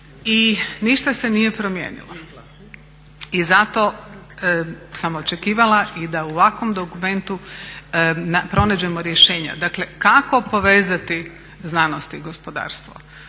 i ništa se nije promijenilo. I zato sam očekivala i da u ovakvom dokumentu pronađemo rješenja. Dakle, kako povezati znanost i gospodarstvo?